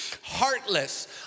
heartless